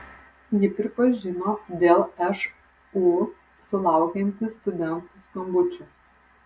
ji pripažino dėl šu sulaukianti studentų skambučių